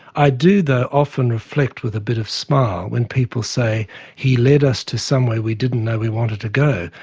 i do though often reflect with a bit of smile when people say he led us to somewhere we didn't know we wanted to go,